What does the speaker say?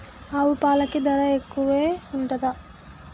ఆవు పాలకి ధర ఎక్కువే ఉంటదా?